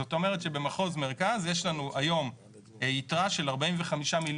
זאת אומרת שבמחוז מרכז יש לנו היום יתרה של 45 מיליון